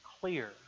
clear